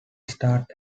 start